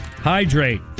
Hydrate